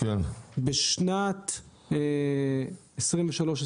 בשנתך 2024-2023,